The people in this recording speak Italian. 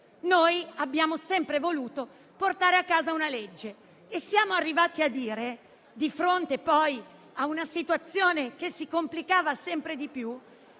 Noi abbiamo sempre voluto portare a casa una legge e siamo arrivati a dire, di fronte a una situazione che si complicava sempre di più,